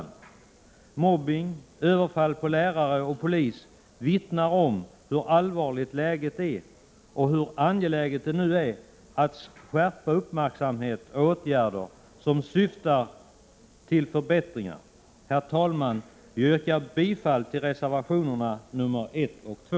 9” Mobbning och överfall på lärare och polis vittnar om hur allvarligt läget är och hur angeläget det nu är att skärpa uppmärksamheten på åtgärder som syftar till en förbättring. Herr talman! Jag yrkar bifall till reservationerna 1 och 2.